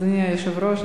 אדוני היושב-ראש,